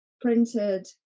printed